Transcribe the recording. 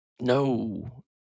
No